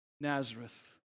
Nazareth